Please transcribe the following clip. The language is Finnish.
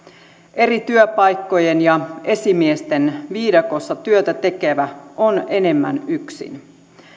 eri työpaikkojen ja esimiesten viidakossa työtä tekevä on enemmän yksin